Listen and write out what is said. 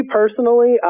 personally